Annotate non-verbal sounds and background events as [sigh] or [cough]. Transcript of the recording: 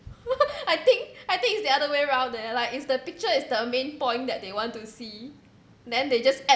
[laughs] I think I think it's the other way around there like it's the picture is the main point that they want to see then they just add